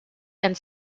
and